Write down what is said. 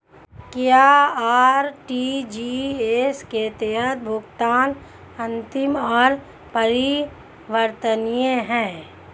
क्या आर.टी.जी.एस के तहत भुगतान अंतिम और अपरिवर्तनीय है?